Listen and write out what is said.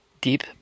Deep